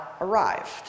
arrived